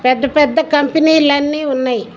పెద్ద పెద్ద కంపెనీలన్నీ ఉన్నాయి